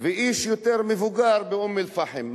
ואיש יותר מבוגר באום אל-פחם.